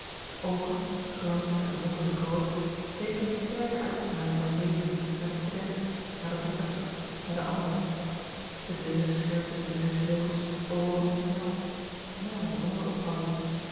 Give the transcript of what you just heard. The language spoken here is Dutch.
de oogen glanzig en wonderlijk groot keken met sterke uitstraling van leven naar den student naar den professor naar de anderen de dunne scherp witte neusvleugels bewogen snel snèl zonder ophouden